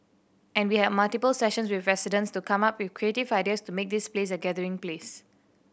and we had multiple sessions with residents to come up with creative ideas to make this place a gathering place